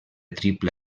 triple